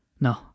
No